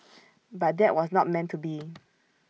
but that was not meant to be